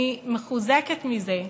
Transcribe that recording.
אני מחוזקת מזה,